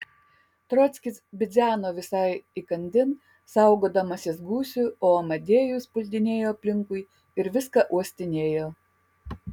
trockis bidzeno visai įkandin saugodamasis gūsių o amadėjus puldinėjo aplinkui ir viską uostinėjo